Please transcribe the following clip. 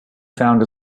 found